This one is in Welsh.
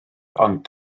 ond